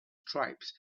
stripes